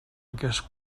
aquest